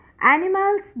animals